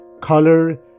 color